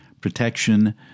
Protection